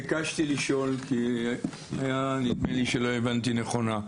ביקשתי לשאול כי אולי לא הבנתי נכון.